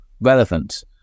relevant